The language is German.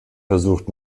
versucht